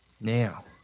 Now